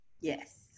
yes